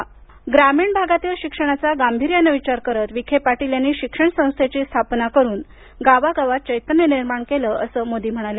देशात ग्रामीण भागातील शिक्षणाचा गांभीर्याने विचार होत नव्हता तेव्हा विखे पाटील यांनी शिक्षण संस्थेची स्थापना करून गावागावात चैतन्य निर्माण केलं असं मोदी म्हणाले